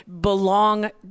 belong